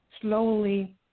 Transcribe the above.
slowly